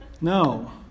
No